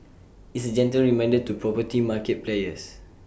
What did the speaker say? it's A gentle reminder to poverty market players